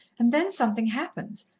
and then something happens,